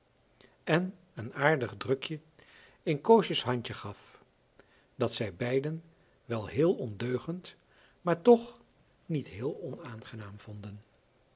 en een aardig drukje in koosjes handje gaf dat zij beiden wel heel ondeugend maar toch niet heel onaangenaam vonden